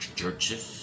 churches